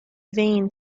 vain